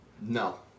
No